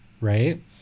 right